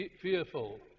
fearful